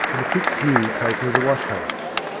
and a quick view taken of the wash-house.